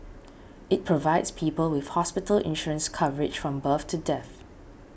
it provides people with hospital insurance coverage from birth to death